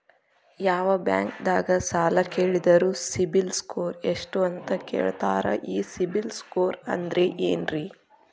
ಯಾವ ಬ್ಯಾಂಕ್ ದಾಗ ಸಾಲ ಕೇಳಿದರು ಸಿಬಿಲ್ ಸ್ಕೋರ್ ಎಷ್ಟು ಅಂತ ಕೇಳತಾರ, ಈ ಸಿಬಿಲ್ ಸ್ಕೋರ್ ಅಂದ್ರೆ ಏನ್ರಿ?